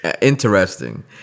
interesting